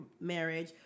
marriage